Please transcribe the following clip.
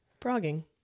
frogging